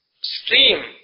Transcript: Stream